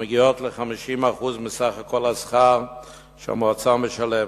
המגיעות ל-50% מסך הכול השכר שהמועצה משלמת,